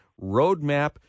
Roadmap